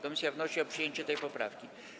Komisja wnosi o przyjęcie tej poprawki.